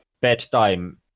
bedtime